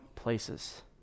places